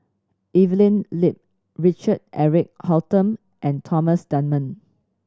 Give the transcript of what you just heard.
Evelyn Lip Richard Eric Holttum and Thomas Dunman